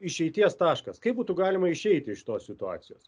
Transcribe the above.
išeities taškas kaip būtų galima išeiti iš tos situacijos